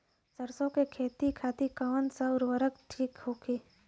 सरसो के खेती खातीन कवन सा उर्वरक थिक होखी?